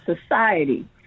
society